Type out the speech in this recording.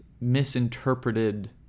misinterpreted